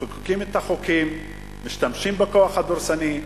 מחוקקים את החוקים, משתמשים בכוח הדורסני,